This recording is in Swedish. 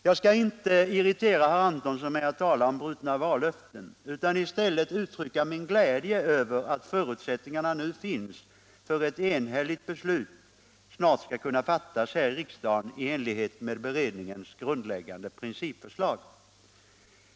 Jag skall inte irritera herr Antonsson med att tala om brutna vallöften utan i stället uttrycka min glädje över att förutsättningarna nu finns för att ett enhälligt beslut snart skall kunna fattas här i riksdagen i enlighet med beredningens grundläggande principförslag.